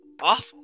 Awful